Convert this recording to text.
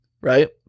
right